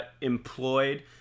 employed